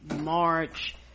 march